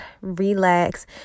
relax